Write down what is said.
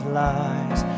lies